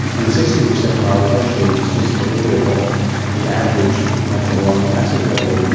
and the sixtieth percentile is actually just a little bit off the average methylmalonic acid level. you